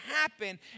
happen